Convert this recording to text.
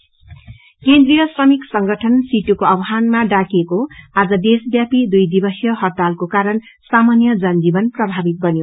बन्ध केन्द्रिय श्रमिक संगठन सीटुको आवहानमा आज देशव्यपी दुई दिवसीय हड़तालको कारण सामान्य जनजीवन प्रभावित बन्यो